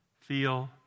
Feel